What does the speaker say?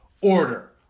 order